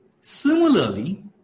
Similarly